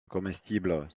comestibles